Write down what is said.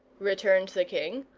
returned the king,